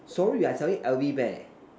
sorry we are selling L_V bear